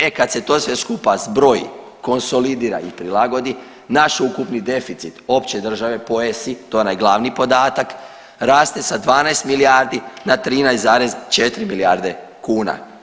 E kad se to sve skupa zbroji, konsolidira i prilagodi naš ukupni deficit opće države po ESI to je onaj glavni podatak raste sa 12 milijardi na 13,4 milijarde kuna.